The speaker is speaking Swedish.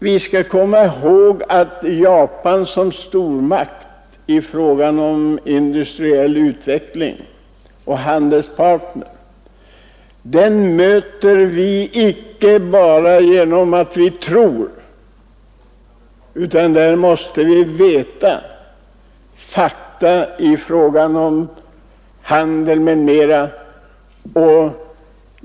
Vi skall komma ihåg att Japan som stormakt på det industriella området och som handelspartner möter vi icke bara genom att vi tror, utan där måste vi veta fakta i fråga om handel m.m.